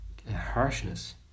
harshness